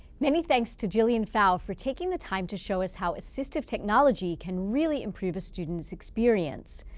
many thanks to jillian pfau for taking the time to show us how assistive technology can really improve a student's experience.